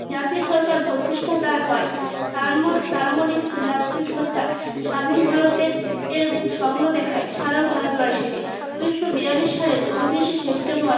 জাতীয় সরকার প্রতিষ্ঠাতার পায় তাম্রলিপ্ত জাতীয় সরকার স্বাধীন ভারতের এর স্বপ্ন দেখায় সারা ভারতবাসীকে ঊনিশশো বিয়াল্লিশ সালের ঊনত্রিশে সেপ্টেম্বর